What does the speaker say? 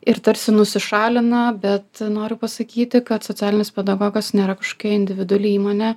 ir tarsi nusišalina bet noriu pasakyti kad socialinis pedagogas nėra kažkokia individuali įmonė